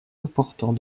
important